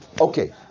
Okay